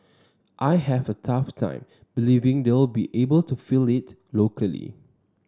I have a tough time believing they'll be able to fill it locally